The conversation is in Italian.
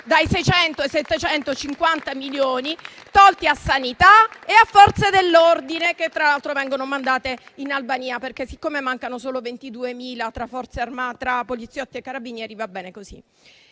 dai 600 ai 750 milioni, tolti a sanità e a Forze dell'ordine, che tra l'altro vengono mandate in Albania, perché, siccome mancano solo 22.000 armate tra poliziotti e carabinieri, va bene così.